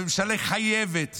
הממשלה חייבת